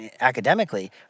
academically